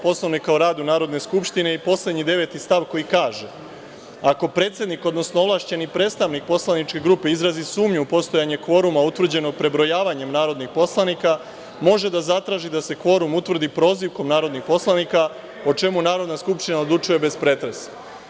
Poslovnika o radu Narodne skupštine i poslednji deveti stav koji kaže – ako predsednik, odnosno ovlašćeni predstavnik poslaničke grupe izrazi sumnju u postojanje kvoruma utvrđeno prebrojavanjem narodnih poslanika, može da se zatraži da se kvorum utvrdi prozivkom narodnih poslanika o čemu Narodna skupština odlučuje bez pretresa.